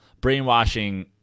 brainwashing